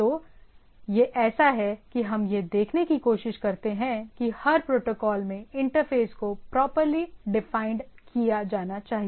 तो यह ऐसा है कि हम यह देखने की कोशिश करते हैं कि हर प्रोटोकॉल में इंटरफेस को प्रॉपर्ली डिफाइंड किया जाना चाहिए